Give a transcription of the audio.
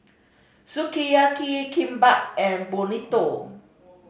Sukiyaki Kimbap and Burrito